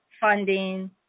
funding